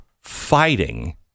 fighting